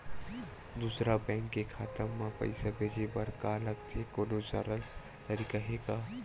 दूसरा बैंक के खाता मा पईसा भेजे बर का लगथे कोनो सरल तरीका हे का?